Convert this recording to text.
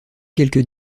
quelque